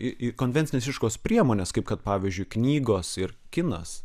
į į konvencines ieškos priemonės kaip kad pavyzdžiui knygos ir kinas